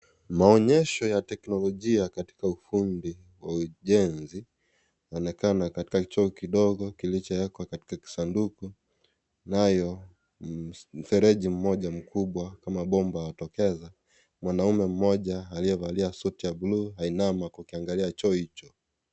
Maonyesho ya teknolojia katika ufundi wa ujenzi unaonekana katika choo kidogo kilichoekwa katika kisanduku, nayo mfereji mmoja mkubwa kama bomba watokeza, mwanaume mmoja aliyevalia suti ya bulu ainama kukiangalia choo hicho.